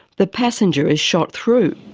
the passenger has shot through.